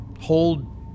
hold